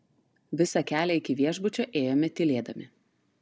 visą kelią iki viešbučio ėjome tylėdami